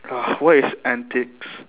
ugh what is antics